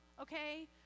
okay